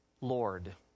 Lord